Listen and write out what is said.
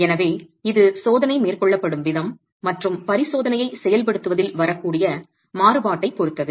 எனவே இது சோதனை மேற்கொள்ளப்படும் விதம் மற்றும் பரிசோதனையை செயல்படுத்துவதில் வரக்கூடிய மாறுபாட்டைப் பொறுத்தது